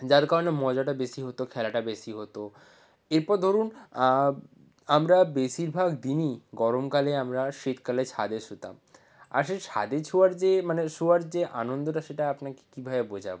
যার কারণে মজাটা বেশি হতো খেলাটা বেশি হতো এরপর ধরুন আমরা বেশিরভাগ দিনই গরমকালে আমরা শীতকালে ছাদে শুতাম আর সেই ছাদে ছোঁয়ার যে মানে শোয়ার যে আনন্দটা সেটা আপনাকে কীভাবে বোঝাবো